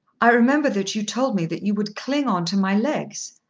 i remember that you told me that you would cling on to my legs.